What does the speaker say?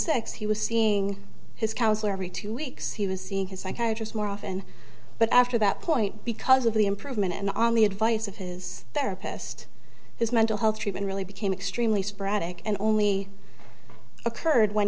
six he was seeing his counsellor every two weeks he was seeing his eye just more often but after that point because of the improvement and on the advice of his therapist his mental health treatment really became extremely sporadic and only occurred when